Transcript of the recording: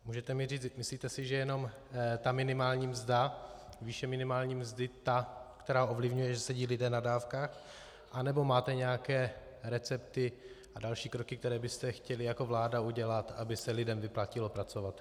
Můžete mi říct myslíte si, že jenom ta výše minimální mzdy ovlivňuje, že sedí lidé na dávkách, anebo máte nějaké recepty a další kroky, které byste chtěli jako vláda udělat, aby se lidem vyplatilo pracovat?